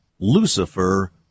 Lucifer